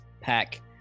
pack